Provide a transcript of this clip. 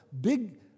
big